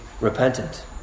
repentant